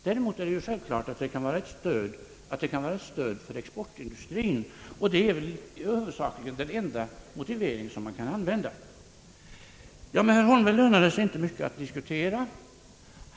Däremot är det ju självklart att den kan vara ett stöd för exportindustrien, och det är väl huvudsakligen den motiveringen man kan använda. Med herr Holmberg lönar det sig inte mycket att diskutera.